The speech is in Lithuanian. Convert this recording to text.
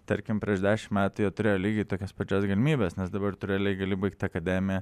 tarkim prieš dešimt metų jie turėjo lygiai tokias pačias galimybes nes dabar tu realiai gali baigt akademiją